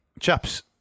Chaps